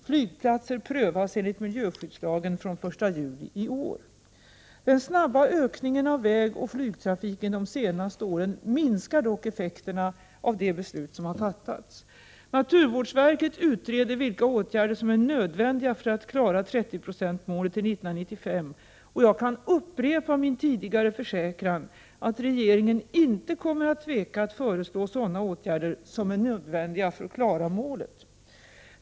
Flygplatser prövas enligt miljöskyddslagen från 1 juli i år. Den snabba ökningen av vägoch flygtrafiken de senaste åren minskar effekterna av de beslut som har fattats. Naturvårdsverket utreder vilka åtgärder som är nödvändiga för att klara 30-procentsmålet till 1995. Jag kan upprepa min tidigare försäkran att regeringen inte kommer att tveka att föreslå sådana åtgärder som är nödvändiga för att klara målet.